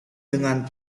dengan